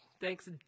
thanks